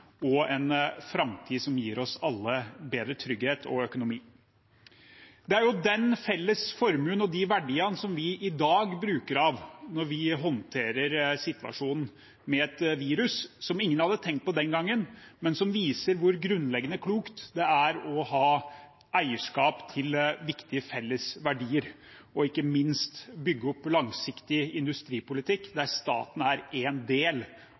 og en framtid som gir oss alle bedre trygghet og økonomi. Det er denne felles formuen og disse verdiene som vi i dag bruker av, når vi håndterer situasjonen med et virus som ingen hadde tenkt på den gangen, men som viser hvor grunnleggende klokt det er å ha eierskap til viktige felles verdier, og ikke minst bygge opp langsiktig industripolitikk der staten er en del